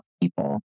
people